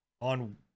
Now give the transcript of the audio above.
on